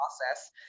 process